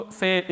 say